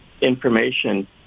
information